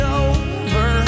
over